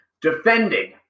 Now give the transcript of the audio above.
Defending